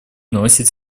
носят